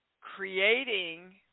creating